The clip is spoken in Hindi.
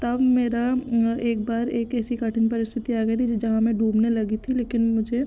तब मेरा एक बार एक ऐसी कठिन परिस्थिति आ गई थी जहाँ मैं डूबने लगी थी लेकिन मुझे